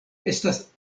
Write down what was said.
estas